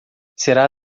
será